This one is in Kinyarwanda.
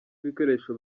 ibikoresho